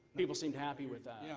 people seemed happy with yeah